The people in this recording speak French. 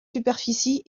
superficie